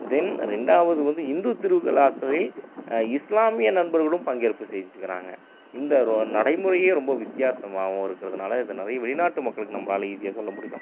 தென் ரெண்டாவது வந்து இந்து திருவிழாக்களில் இஸ்லாமிய நண்பர்களும் பங்கேற்பு செஞ்சுருக்காங்க இந்த நடைமுறையே ரொம்ப வித்யாசமாகவும் இருக்கிறதுனால அது நிறைய வெளிநாட்டு மக்களுக்கு நம்மளால ஈஸியாக சொல்ல முடியும்